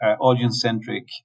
audience-centric